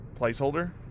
placeholder